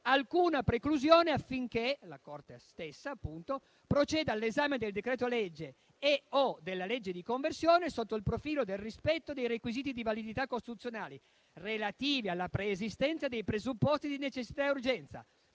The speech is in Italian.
alcuna preclusione affinché la Corte stessa proceda all'esame del decreto-legge e/o della legge di conversione sotto il profilo del rispetto dei requisiti di validità costituzionale relativi alla preesistenza dei presupposti di necessità e urgenza,